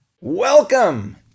Welcome